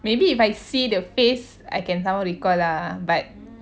maybe if I see the face I can somehow recall lah but